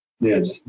Yes